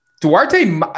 Duarte